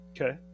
Okay